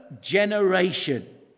generation